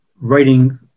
writing